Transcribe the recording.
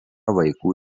vaikų